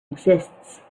exists